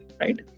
Right